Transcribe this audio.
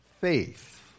faith